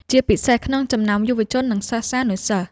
ជាពិសេសក្នុងចំណោមយុវជន និងសិស្សានុសិស្ស។